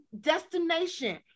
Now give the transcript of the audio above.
destination